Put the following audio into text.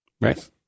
Right